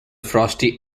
frosty